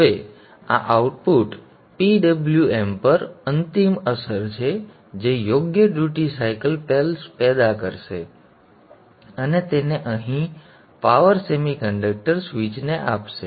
હવે આ output PWM પર અંતિમ અસર છે જે યોગ્ય ડ્યુટી સાઇકલ પલ્સ પેદા કરશે અને તેને અહીં પાવર સેમી કન્ડક્ટર સ્વિચને આપશે